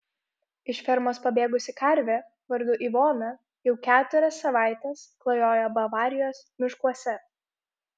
iš fermos pabėgusi karvė vardu ivona jau keturias savaites klajoja bavarijos miškuose